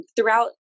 throughout